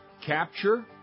capture